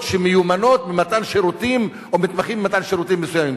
שמיומנות במתן שירותים או מתמחות במתן שירותים מסוימים.